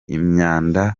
imyanda